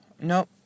Nope